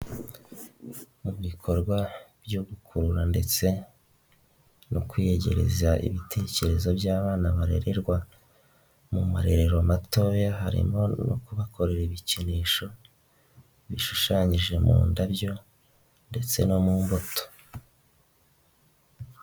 Mu bikorwa byo gukurura ndetse no kwiyegereza ibitekerezo by'abana barererwa mu marerero matoya, harimo no kubakorera ibikinisho, bishushanyije mu ndabyo ndetse no mu mbuto.